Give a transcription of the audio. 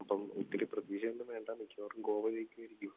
അപ്പം ഒത്തിരി പ്രതീക്ഷ ഒന്നും വേണ്ട മിക്കവാറും ഗോവ ജയിക്കുമായിരിക്കും